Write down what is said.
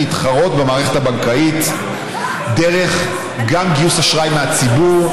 להתחרות במערכת הבנקאית גם דרך גיוס אשראי מהציבור,